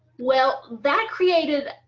well, that created.